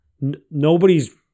Nobody's